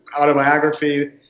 autobiography